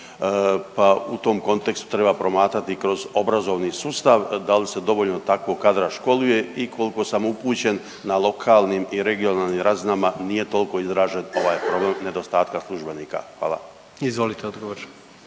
pa u tom kontekstu treba promatrati i kroz obrazovni sustav, dal se dovoljno takvog kadra školuje i kolko sam upućen na lokalnim i regionalnim razinama nije tolko izražen ovaj problem nedostatka službenika, hvala. **Jandroković,